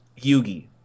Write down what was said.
Yugi